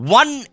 one